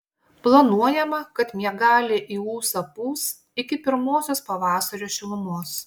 planuojama kad miegalė į ūsą pūs iki pirmosios pavasario šilumos